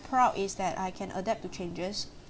proud is that I can adapt to changes